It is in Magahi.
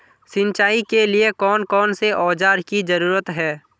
सिंचाई के लिए कौन कौन से औजार की जरूरत है?